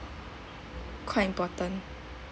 quite important